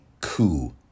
coup